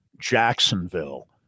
Jacksonville